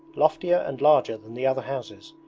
loftier and larger than the other houses,